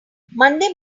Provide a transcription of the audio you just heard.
monday